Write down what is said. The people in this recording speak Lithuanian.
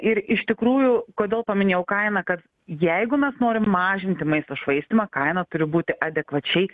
ir iš tikrųjų kodėl paminėjau kainą kad jeigu mes norim mažinti maisto švaistymą kaina turi būti adekvačiai